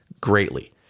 greatly